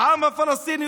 העם הפלסטיני,